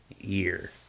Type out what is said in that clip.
year